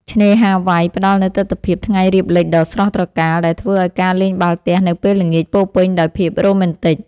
ឆ្នេរហាវ៉ៃផ្ដល់នូវទិដ្ឋភាពថ្ងៃរៀបលិចដ៏ស្រស់ត្រកាល ដែលធ្វើឱ្យការលេងបាល់ទះនៅពេលល្ងាចពោរពេញដោយភាពរ៉ូមែនទិក។